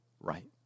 right